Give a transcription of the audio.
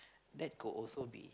that could also be